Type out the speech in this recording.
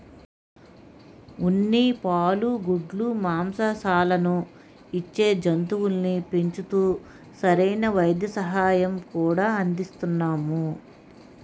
ఉన్ని, పాలు, గుడ్లు, మాంససాలను ఇచ్చే జంతువుల్ని పెంచుతూ సరైన వైద్య సహాయం కూడా అందిస్తున్నాము